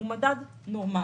המדד היום הוא מדד נורמלי.